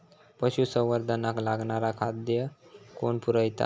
पशुसंवर्धनाक लागणारा खादय कोण पुरयता?